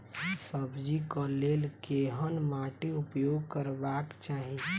सब्जी कऽ लेल केहन माटि उपयोग करबाक चाहि?